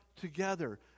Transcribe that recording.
together